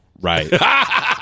right